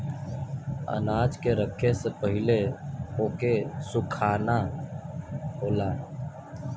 अनाज के रखे से पहिले ओके सुखाना होला